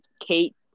Kate